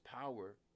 power